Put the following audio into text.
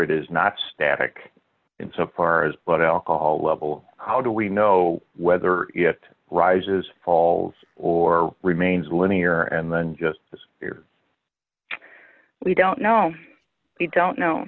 it is not static in so far as what alcohol level how do we know whether it rises or falls or remains linear and then just disappear we don't know we don't know